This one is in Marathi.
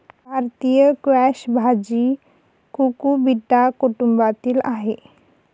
भारतीय स्क्वॅश भाजी कुकुबिटा कुटुंबातील आहे